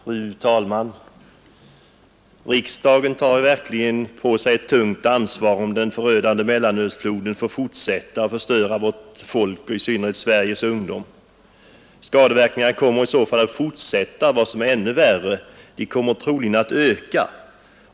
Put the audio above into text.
Fru talman! Riksdagen tar verkligen på sig ett tungt ansvar om den förödande mellanölsfloden får fortsätta att förstöra vårt folk och i synnerhet Sveriges ungdom. Skadeverkningarna kommer i så fall att fortsätta och, vad som är ännu värre, de kommer troligen att öka.